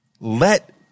let